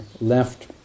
left